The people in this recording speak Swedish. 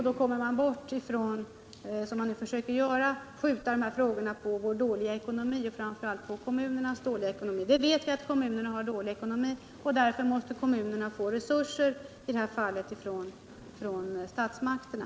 Då kommer vi bort från det som nu ofta sker, nämligen att alla dessa frågor skjuts på framtiden på grund av vår dåliga ekonomi, framför allt på kommunernas dåliga ekonomi. Vi vet att kommunerna har dålig ekonomi. Men därför måste också kommunerna få resurser, i detta fall från statsmakterna.